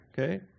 Okay